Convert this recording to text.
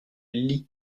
lit